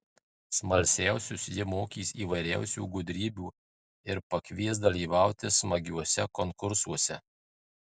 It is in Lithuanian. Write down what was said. smalsiausius ji mokys įvairiausių gudrybių ir pakvies dalyvauti smagiuose konkursuose